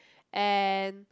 and